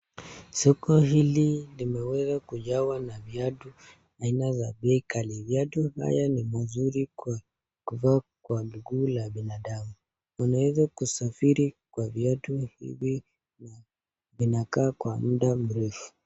Soko hili limeweza kujawa na viatu aina ya bei kali. Viatu ni mzuri kwa kuvaa kwa mguu ya binadamu unaweza kusafiri kwa viatu hivi inakaa kwa muda mrefu.